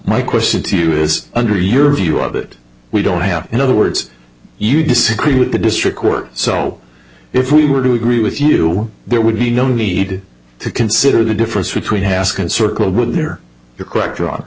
my question to you is under your view of it we don't have in other words you disagree with the district court so if we were to agree with you there would be no need to consider the difference between haskin circled would hear you